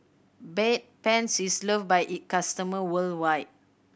Bedpans is loved by its customer worldwide